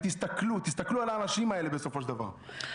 ותסתכלו על האנשים האלה בסופו של דבר.